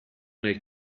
nel